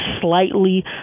slightly